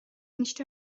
nicht